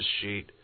sheet